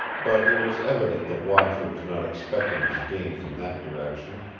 but it was evident the watcher was not expecting his game from that direction,